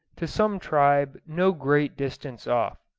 to some tribe no great distance off.